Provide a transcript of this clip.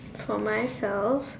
for myself